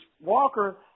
Walker